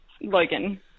Logan